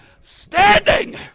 Standing